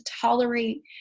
tolerate